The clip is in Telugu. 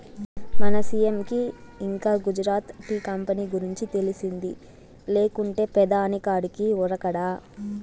మన సీ.ఎం కి ఇంకా గుజరాత్ టీ కంపెనీ గురించి తెలిసింది లేకుంటే పెదాని కాడికి ఉరకడా